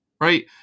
right